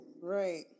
Right